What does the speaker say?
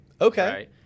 Okay